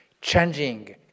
changing